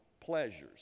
pleasures